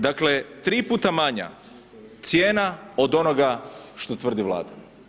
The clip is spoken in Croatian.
Dakle, tri puta manja cijena od onoga što tvrdi Vlada.